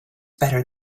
better